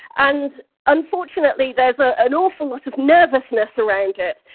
and unfortunately, there's ah an awful lot of nervousness around it.